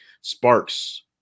sparks